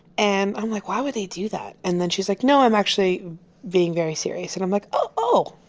and i'm, like, why would they do that? and then she's, like, no, i'm actually being very serious. and i'm, like, oh,